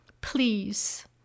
please